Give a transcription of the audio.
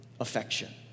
affection